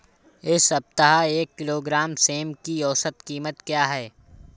इस सप्ताह एक किलोग्राम सेम की औसत कीमत क्या है?